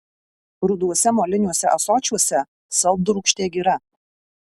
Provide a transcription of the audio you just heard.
ruduose moliniuose ąsočiuose saldrūgštė gira